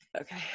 Okay